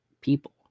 people